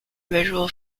visual